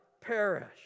perish